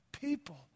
people